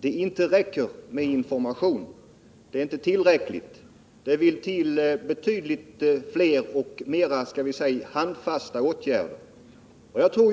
det inte räcker med information. Det vill till betydligt fler och så att säga mera handfasta åtgärder.